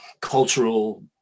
cultural